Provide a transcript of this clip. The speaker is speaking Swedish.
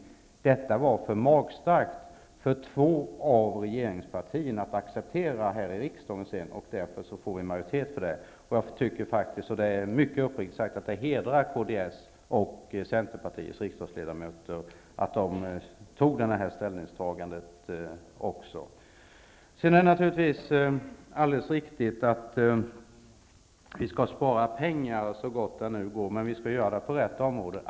Detta var för magstarkt för två av regeringspartierna att acceptera i riksdagen. Därför fick vi majoritet. Det hedrar uppriktigt sagt kds och Centerpartiets riksdagsledamöter att de gjorde det ställningstagandet. Det är naturligtvis alldeles riktigt att vi skall spara pengar, så gott det nu går. Men vi skall göra det på rätta områden.